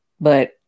but-